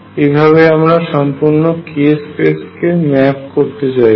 এইভাবে আমরা সম্পূর্ণ k স্পেসকে ম্যাপ করতে চাইছি